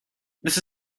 this